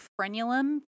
frenulum